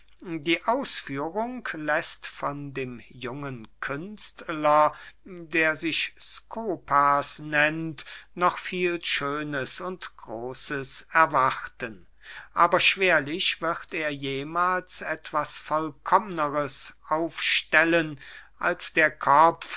die ausführung läßt von dem jungen künstler der sich skopas nennt noch viel schönes und großes erwarten aber schwerlich wird er jemahls etwas vollkommneres aufstellen als der kopf